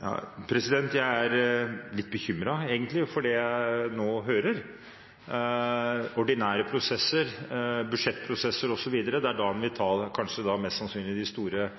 Jeg er egentlig litt bekymret for det jeg nå hører: ordinære prosesser, budsjettprosesser osv. Det er kanskje da man mest sannsynlig vil ta de store